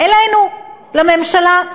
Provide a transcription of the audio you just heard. אלינו, לממשלה.